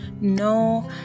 no